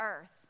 earth